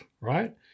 right